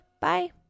Bye